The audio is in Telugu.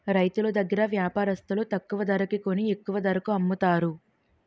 రైతులు దగ్గర వ్యాపారస్తులు తక్కువ ధరకి కొని ఎక్కువ ధరకు అమ్ముతారు